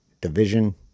Division